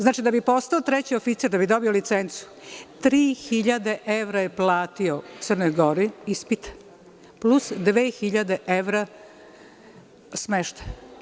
Znači, da bi postao treći oficir, da bi dobio licencu, tri hiljade evra je platio u Crnoj Gori ispit plus dve hiljade evra smeštaj.